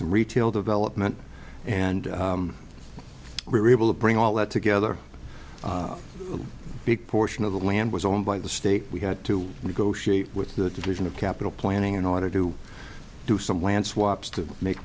some retail development and we were able to bring all that together a big portion of the land was owned by the state we had to negotiate with the region of capital planning in order to do some land swaps to make